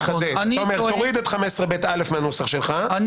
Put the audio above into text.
תוריד את 15ב(א) מהנוסח שלך,